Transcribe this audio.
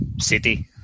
city